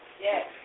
Yes